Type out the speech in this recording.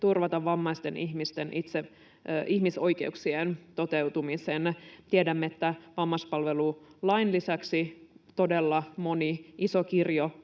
turvata vammaisten ihmisten ihmisoikeuksien toteutumisen. Tiedämme, että vammaispalvelulain lisäksi todella iso kirjo